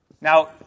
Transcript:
now